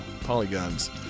polygons